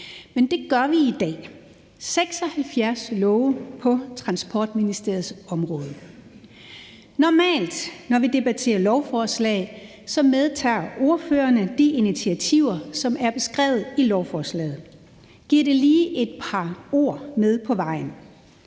Men det gør vi i dag – 76 love på Transportministeriets område. Normalt er det sådan, når vi debatterer lovforslag, at ordførerne tager de initiativer, som er beskrevet i lovforslaget, med og lige giver dem et par ord med på vejen.